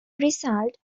result